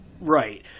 right